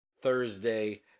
Thursday